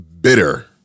bitter